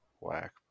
whack